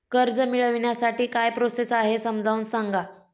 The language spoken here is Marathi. कर्ज मिळविण्यासाठी काय प्रोसेस आहे समजावून सांगा